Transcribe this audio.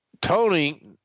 Tony